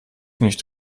nicht